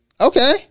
Okay